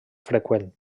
freqüent